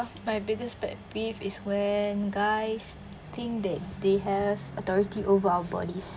my biggest pet peeve is when guys think that they have authority over our bodies